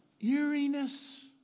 eeriness